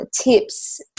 tips